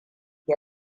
yi